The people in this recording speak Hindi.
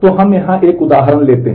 तो हम यहां एक उदाहरण लेते हैं